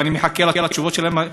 ואני מחכה לתשובות שלהם.